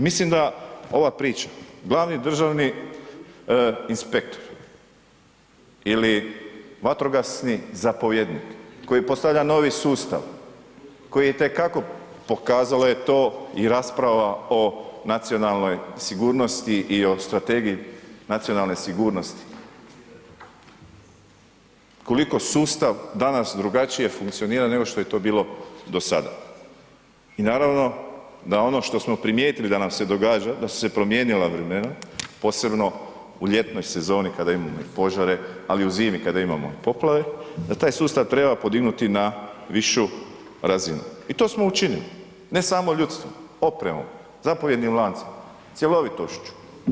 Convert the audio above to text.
Mislim da ova priča, glavni državni inspektor ili vatrogasni zapovjednik koji postavlja novi sustav, koji je itekako, pokazalo je to i rasprava o nacionalnoj sigurnosti i o Strategiji nacionalne sigurnosti koliko sustav danas drugačije funkcionira nego što je to bilo do sada i naravno da oni što smo primijetili da nam se događa, da su se promijenila vremena, posebno u ljetnoj sezoni kada imamo požare ali i u zimi kada imamo poplave, da taj sustav treba podignuti na višu razinu i to smo učinili, ne samo ljudstvo, opremom, zapovjednim lancem, cjelovitošću.